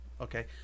Okay